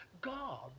God